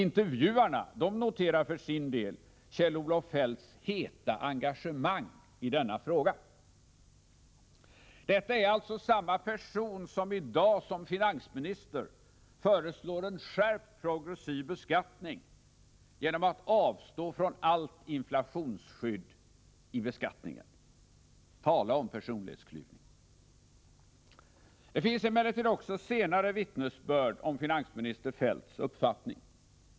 Intervjuarna noterar Kjell-Olof Feldts heta engagemang i denna fråga. Detta är alltså samma person som i dag som finansminister föreslår en skärpt progressiv beskattning genom att avstå från allt inflationsskydd i skattesystemet. Tala om personlighetsklyvning! Det finns emellertid också senare vittnesbörd om finansminister Kjell Olof Feldts uppfattning.